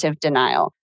denial